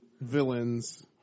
villains